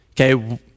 Okay